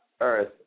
Earth